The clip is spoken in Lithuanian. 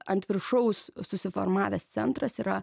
ant viršaus susiformavęs centras yra